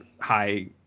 high